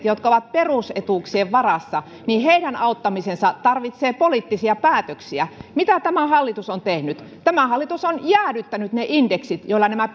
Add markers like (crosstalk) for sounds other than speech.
(unintelligible) jotka ovat perusetuuksien varassa auttaminen tarvitsee poliittisia päätöksiä mitä tämä hallitus on tehnyt tämä hallitus on jäädyttänyt ne indeksit joilla nämä (unintelligible)